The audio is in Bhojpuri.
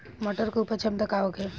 मटर के उपज क्षमता का होखे?